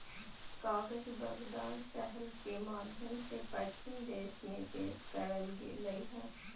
कागज बगदाद शहर के माध्यम से पश्चिम देश में पेश करल गेलय हइ